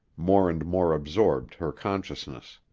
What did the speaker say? more and more absorbed her consciousness.